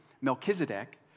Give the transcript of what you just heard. Melchizedek